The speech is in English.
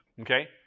Okay